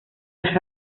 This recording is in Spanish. las